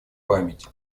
память